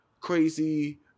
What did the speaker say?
crazy